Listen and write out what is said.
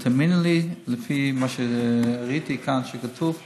ותאמיני לי, לפי מה שראיתי שכתוב כאן,